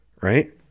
right